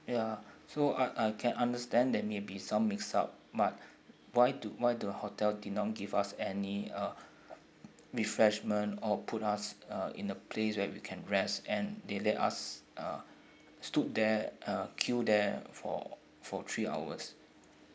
ya so I I can understand there may be some mix up but why do why the hotel did not give us any uh refreshment or put us uh in a place where we can rest and they let us uh stood there uh queue there for for three hours